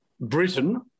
Britain